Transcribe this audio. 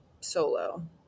solo